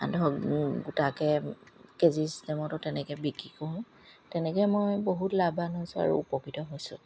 ধৰক গোটাকে কেজি ছিষ্টেমতো তেনেকৈ বিক্ৰী কৰোঁ তেনেকৈ মই বহুত লাভৱান হৈছোঁ আৰু উপকৃত হৈছোঁ